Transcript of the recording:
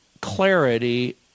clarity